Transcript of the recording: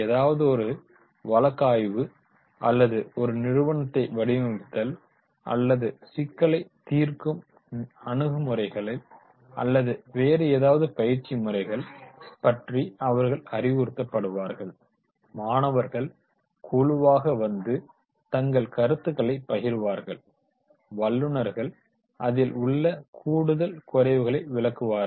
ஏதாவதொரு வழக்காய்வு அல்லது ஒரு நிறுவனத்தை வடிவமைத்தல் அல்லது சிக்கலைத் தீர்க்கும் அணுகுமுறைகள் அல்லது வேறு ஏதாவது பயிற்சி முறைகள் பற்றி அவர்கள் அறிவுறுத்தப்படுவார்கள் மாணவர்கள் குழுவாக வந்து தங்கள் கருத்துக்களை பகிர்வார்கள் வல்லுனர்கள் அதில் உள்ள கூடுதல் குறைவுகளை விளங்குவார்கள்